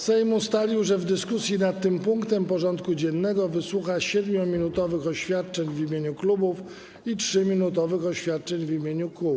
Sejm ustalił, że w dyskusji nad tym punktem porządku dziennego wysłucha 7-minutowych oświadczeń w imieniu klubów i 3-minutowych oświadczeń w imieniu kół.